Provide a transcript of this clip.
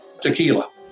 tequila